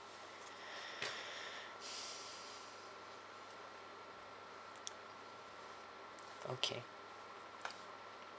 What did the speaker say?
okay